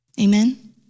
Amen